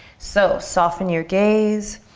so soften your gaze.